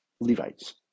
Levites